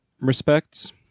respects